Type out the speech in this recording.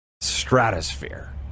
stratosphere